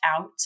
out